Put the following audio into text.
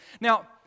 Now